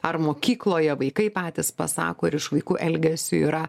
ar mokykloje vaikai patys pasako ir iš vaikų elgesio yra